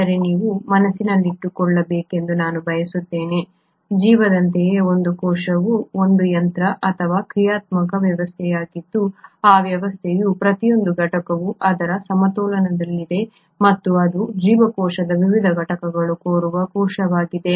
ಆದರೆ ನೀವು ಮನಸ್ಸಿನಲ್ಲಿಟ್ಟುಕೊಳ್ಳಬೇಕೆಂದು ನಾನು ಬಯಸುತ್ತೇನೆ ಜೀವದಂತೆಯೇ ಒಂದು ಕೋಶವು ಒಂದು ಯಂತ್ರ ಅಥವಾ ಕ್ರಿಯಾತ್ಮಕ ವ್ಯವಸ್ಥೆಯಾಗಿದ್ದು ಆ ವ್ಯವಸ್ಥೆಯ ಪ್ರತಿಯೊಂದು ಘಟಕವು ಅದರ ಸಮತೋಲನದಲ್ಲಿದೆ ಮತ್ತು ಅದು ಜೀವಕೋಶದ ವಿವಿಧ ಘಟಕಗಳು ಇರುವ ಕೋಶವಾಗಿದೆ